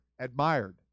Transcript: admired